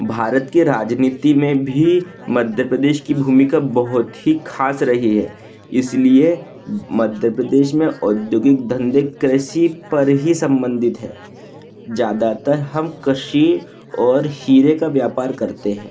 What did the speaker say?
भारत के राजनीति में भी मध्य प्रदेश की भूमिका बहुत ही ख़ास रही है इसलिए मध्य प्रदेश में औद्योगिक धंधे कृषि पर ही संबंधित है ज़्यादातर हम कृषि और हीरे का व्यापार करते हैं